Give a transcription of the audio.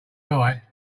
die